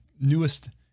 newest